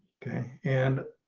okay, and